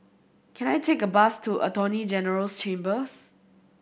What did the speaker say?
can I take a bus to Attorney General's Chambers